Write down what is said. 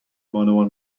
بانوان